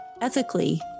Ethically